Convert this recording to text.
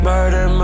Murder